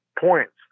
points